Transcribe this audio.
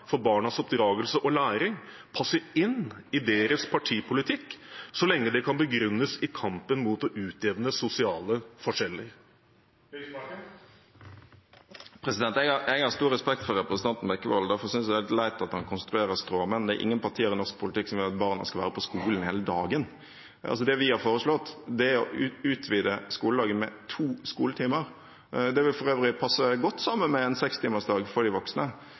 for barnas oppdragelse og læring passer inn i deres partipolitikk så lenge det kan begrunnes i kampen mot å utjevne sosiale forskjeller? Jeg har stor respekt for representanten Bekkevold. Derfor synes jeg det er litt leit at han konstruerer stråmenn. Det er ingen partier i norsk politikk som vil at barna skal være på skolen hele dagen. Det vi har foreslått, er å utvide skoledagen med to skoletimer. Det vil for øvrig passe godt sammen med en sekstimersdag for de voksne,